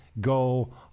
Go